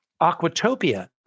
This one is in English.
Aquatopia